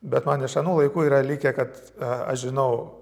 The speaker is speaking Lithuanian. bet man iš anų laikų yra likę kad a aš žinau